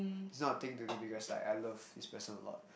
it's not a thing to do because like I love this person a lot